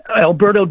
Alberto